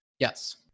Yes